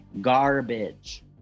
garbage